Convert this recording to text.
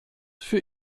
für